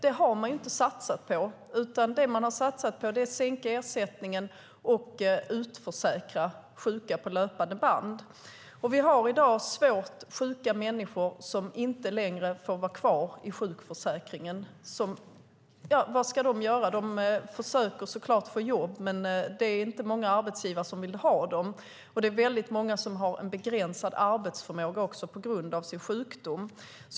Det har man inte satsat på, utan det man har satsat på är att sänka ersättningen och att utförsäkra sjuka på löpande band. Vi har i dag svårt sjuka människor som inte längre får vara kvar i sjukförsäkringen. Vad ska de göra? De försöker så klart få jobb, men det är inte många arbetsgivare som vill ha dem. Det är också många som har en begränsad arbetsförmåga på grund av sin sjukdom.